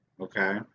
okay